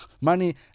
money